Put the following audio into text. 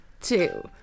two